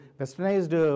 westernized